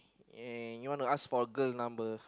and you wanna ask for a girl number